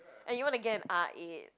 and you wanna get an R-eight